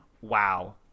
wow